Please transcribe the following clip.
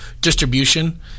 distribution